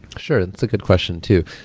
sure. that's a good question too.